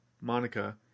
Monica